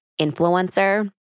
influencer